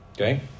Okay